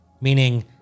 meaning